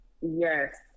Yes